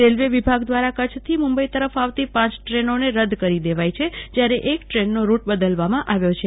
railway વિભાગ દ્વારા કચ્છ થી મુંબઈ તરફ આવતી પાંચ દ્રેનોને રદ્દ કરી દેવી છે જયારે એક દ્રેનનો રૂટ બદલાવવામાં આવ્યો છે